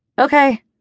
Okay